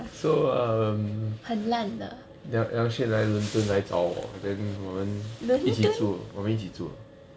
so um 梁训来伦敦来找我 then 我们一起住我们一起住